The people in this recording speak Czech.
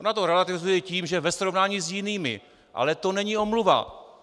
Ona to relativizuje tím, že ve srovnání s jinými, ale to není omluva.